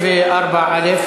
34(א),